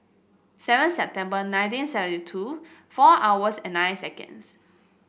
seventh September nineteen seventy two four hours and nine seconds